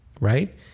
right